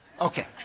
Okay